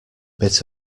bit